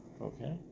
Okay